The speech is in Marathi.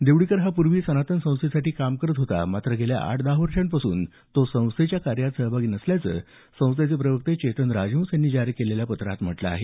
देवडीकर हा पूर्वी सनातन संस्थेसाठी काम करत होता मात्र गेल्या आठ दहा वर्षांपासून तो संस्थेच्या कार्यात सहभागी नसल्याचं संस्थेचे प्रवक्ते चेतन राजहंस यांनी जारी केलेल्या पत्रात म्हटलं आहे